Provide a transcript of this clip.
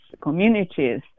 communities